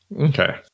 Okay